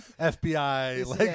FBI